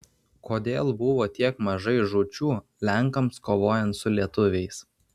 kodėl buvo tiek mažai žūčių lenkams kovojant su lietuviais